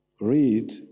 read